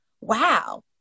Wow